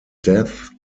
death